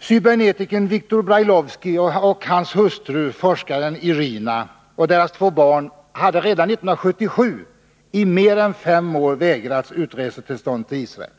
Cybernetikern Victor Brailovsky och hans hustru, forskaren Irina och deras två barn hade redan 1977 i mer än fem år vägrats utresetillstånd till Israel.